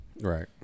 right